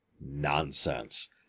nonsense